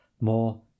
more